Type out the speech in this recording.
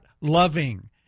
loving